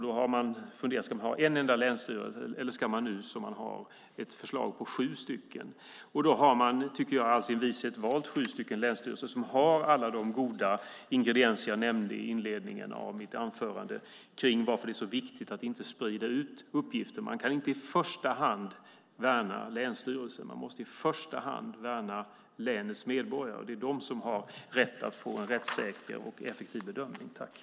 Då har man funderat på om man ska ha en enda länsstyrelse eller om man ska ha sju, som det nu finns förslag om. Man har i all sin vishet, tycker jag, valt sju länsstyrelser som har alla de goda ingredienser som jag nämnde i inledningen av mitt inlägg kring varför det är så viktigt att inte sprida ut uppgifter. Man kan inte i första hand värna länsstyrelser. Man måste i första hand värna länets medborgare. Det är de som har rätt att få en rättssäker och effektiv bedömning.